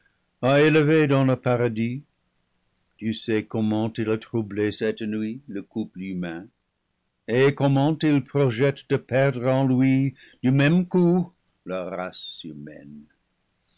a élevé dans le paradis tu sais comment il a troublé cette nuit le couple humain et comment il projette de perdre en lui du même coup la race humaine